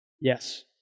Yes